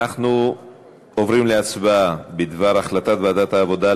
אנחנו עוברים להצבעה בדבר החלטת ועדת העבודה,